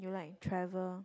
like travel